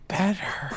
better